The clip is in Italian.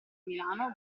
milano